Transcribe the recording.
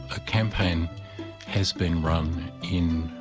a campaign has been run in